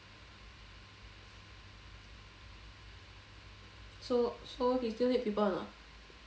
so so he still need people or not